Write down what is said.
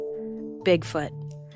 Bigfoot